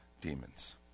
demons